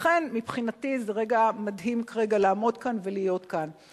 לכן, מבחינתי זה רגע מדהים לעמוד כאן ולהיות כאן.